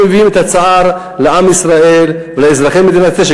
ולא מביאים את הצער לעם ישראל ולאזרחי מדינת ישראל,